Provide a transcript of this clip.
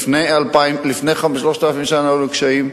לפני 3,000 שנה היו לנו קשיים,